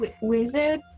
Wizard